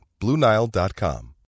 BlueNile.com